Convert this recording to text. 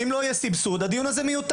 אם לא יהיה סבסוד, הדיון הזה מיותר.